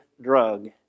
drug